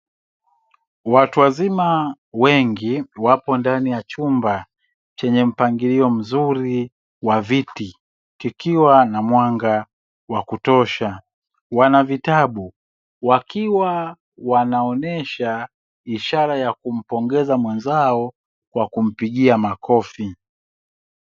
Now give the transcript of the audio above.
Watu wazima wengi wapo ndani ya chumba chenye mpangilio mzuri wa viti kikiwa na mwanga wa kutosha. Wana vitabu wakiwa wanaonyesha ishara ya kumpongeza mwenzao kwa kumpigia makofi.